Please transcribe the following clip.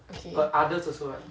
okay